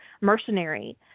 mercenary